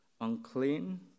unclean